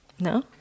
No